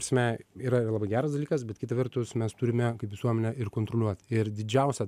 prasme yra labai geras dalykas bet kita vertus mes turime kaip visuomenė ir kontroliuot ir didžiausią